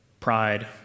pride